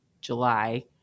July